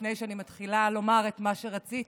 לפני שאני מתחילה לומר את מה שרציתי,